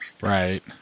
Right